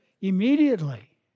immediately